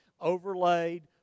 overlaid